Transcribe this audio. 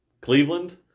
Cleveland